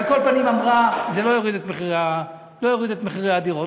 על כל פנים היא אמרה שזה לא יוריד את מחירי הדירות.